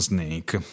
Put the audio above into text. Snake